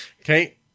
Okay